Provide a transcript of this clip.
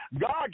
God